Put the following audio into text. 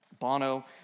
Bono